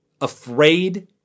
afraid